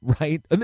right